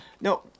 No